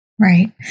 Right